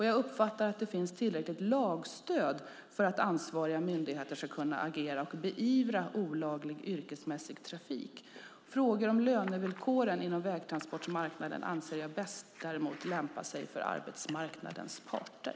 Jag uppfattar att det finns tillräckligt lagstöd för att ansvariga myndigheter ska kunna agera och beivra olaglig yrkesmässig trafik. Frågor om lönevillkoren inom vägtransportmarknaden anser jag däremot bäst lämpar sig för arbetsmarknadens parter.